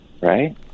right